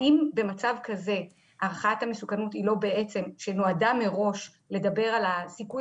האם במצב כזה הערכת המסוכנות שנועדה מראש לדבר על הסיכוי